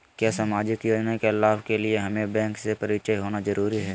क्या सामाजिक योजना के लाभ के लिए हमें बैंक से परिचय होना जरूरी है?